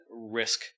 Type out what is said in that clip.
risk